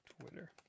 Twitter